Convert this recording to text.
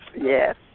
yes